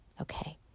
Okay